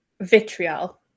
vitriol